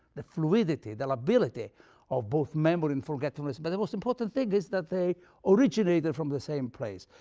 the fluidity, the ability of both memory and forgetfulness. but the most important thing is that they originated from the same place.